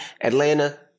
Atlanta